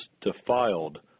defiled